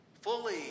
Fully